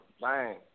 bang